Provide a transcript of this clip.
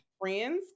friends